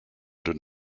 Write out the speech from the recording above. den